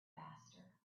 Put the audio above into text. faster